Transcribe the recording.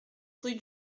rue